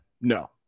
No